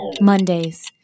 Mondays